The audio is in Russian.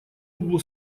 углу